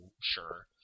sure